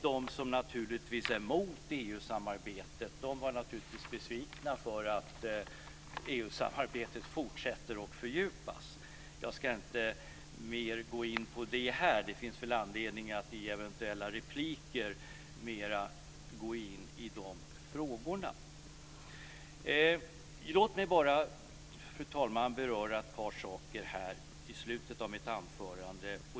De som är emot EU-samarbetet var naturligtvis besvikna för att EU-samarbetet fortsätter och fördjupas. Jag ska inte gå in mer på det här. Det finns anledning att i eventuella repliker gå in mer i de frågorna. Låt mig bara, fru talman, beröra ett par saker ytterligare i slutet av mitt anförande.